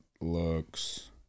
looks